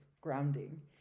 grounding